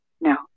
no